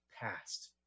past